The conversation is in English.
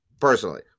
Personally